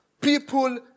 People